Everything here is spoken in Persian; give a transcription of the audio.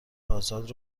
آزاد